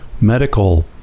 medical